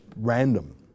random